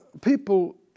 people